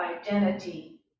identity